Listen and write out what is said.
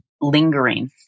lingering